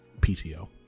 PTO